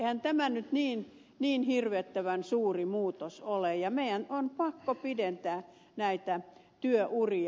eihän tämä nyt niin hirvittävän suuri muutos ole ja meidän on pakko pidentää näitä työuria